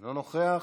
אינו נוכח.